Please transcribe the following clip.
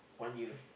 one year